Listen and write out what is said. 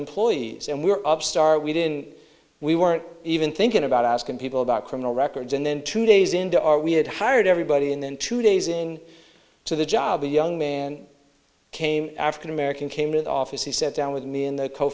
employees and we were upstart we didn't we weren't even thinking about asking people about criminal records and then two days into our we had hired everybody and then two days in to the job a young man came african american came in office he set down with me in the co